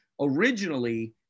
originally